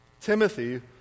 Timothy